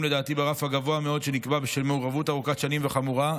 לדעתי ברף הגבוה מאוד שנקבע בשל מעורבות ארוכת שנים וחמורה,